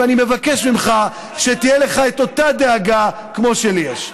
ואני מבקש ממך שתהיה לך אותה דאגה כמו שלי יש.